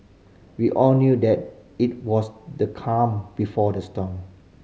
we all knew that it was the calm before the storm